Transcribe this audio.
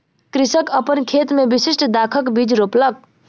कृषक अपन खेत मे विशिष्ठ दाखक बीज रोपलक